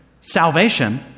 salvation